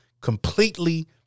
completely